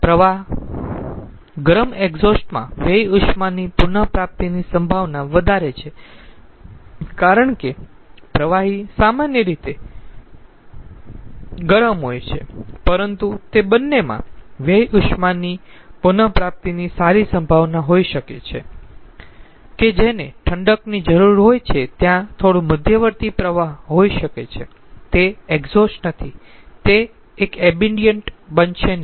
પ્રવાહ પરંતુ ગરમ એક્ઝોસ્ટ માં વ્યય ઉષ્મા ની પુન પ્રાપ્તિની સંભાવના વધારે છે કારણ કે પ્રવાહી સામાન્ય રીતે શ્યામ હોય છે પરંતુ તે બંનેમાં વ્યય ઉષ્મા ની પુન પ્રાપ્તિ માટે સારી સંભાવના હોઇ શકે છે પછી ગરમ પ્રવાહો કે જેને ઠંડકની જરૂર હોય ત્યાં થોડો મધ્યવર્તી પ્રવાહ હોઈ શકે છે તે એક્ઝોસ્ટ નથી તે એક એમ્બિયન્ટ બનશે નહીં